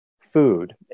food